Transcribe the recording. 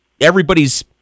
everybody's